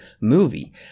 movie